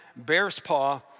Bearspaw